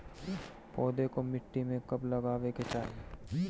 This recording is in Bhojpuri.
पौधे को मिट्टी में कब लगावे के चाही?